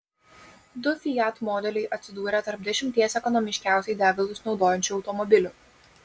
du fiat modeliai atsidūrė tarp dešimties ekonomiškiausiai degalus naudojančių automobilių